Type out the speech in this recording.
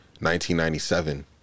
1997